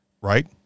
right